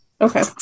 Okay